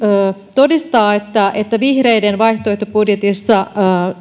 todistaa että että vihreiden vaihtoehtobudjetissa